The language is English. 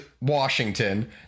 Washington